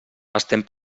estem